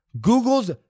Google's